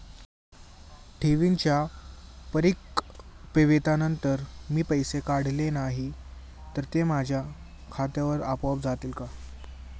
ठेवींच्या परिपक्वतेनंतर मी पैसे काढले नाही तर ते माझ्या खात्यावर आपोआप जातील का?